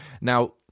Now